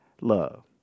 Love